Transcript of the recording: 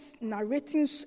narrating